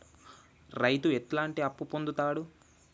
రైతు ఎట్లాంటి అప్పు పొందుతడు?